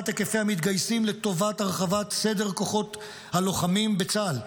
היקפי המתגייסים לטובת הרחבת סדר כוחות הלוחמים בצה"ל,